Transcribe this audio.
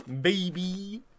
Baby